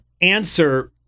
answer